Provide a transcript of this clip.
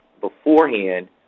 beforehand